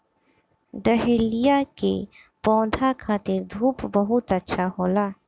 dahlia के पौधा खातिर धूप बहुत अच्छा होला